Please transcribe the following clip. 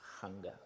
hunger